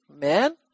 Man